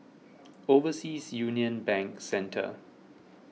Overseas Union Bank Centre